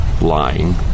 lying